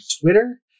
Twitter